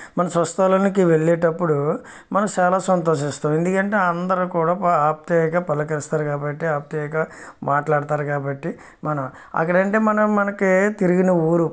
మన స్వస్థలానికి వెళ్ళేటప్పుడు మనం చాలా సంతోషిస్తాం ఎందుకంటే అందరు కూడా ఆప్యాయంగా పలకరిస్తారు కాబట్టి ఆప్యాయంగా మాట్లాడతారు కాబట్టి మన అక్కడ అంటే అక్కడ మనం మనకు తిరిగిన ఊరు